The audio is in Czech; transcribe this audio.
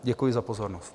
Děkuji za pozornost.